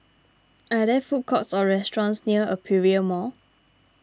are there food courts or restaurants near Aperia Mall